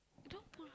don't pull